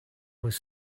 was